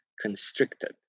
constricted